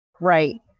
Right